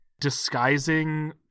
disguising